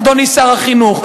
אדוני שר החינוך.